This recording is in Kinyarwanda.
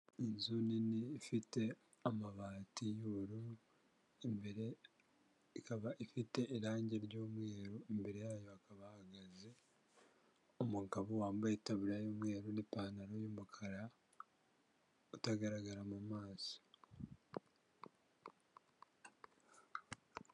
Inzu nini ifite amabati y'ubururu, imbere ikaba ifite irangi ry'umweru, imbere yayo hakaba hahagaze umugabo wambaye itaburiya y'umweru n'ipantaro y'umukara, utagaragara mu maso